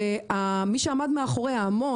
מי שעמד מאחורי ההמון,